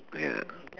ya